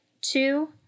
two